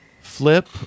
flip